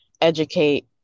educate